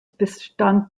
bestand